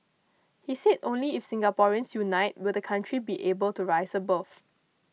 he said only if Singaporeans unite will the country be able to rise above